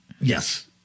Yes